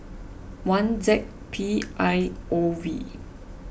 one Z P I O V